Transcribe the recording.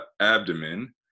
abdomen